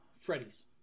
Freddy's